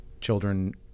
children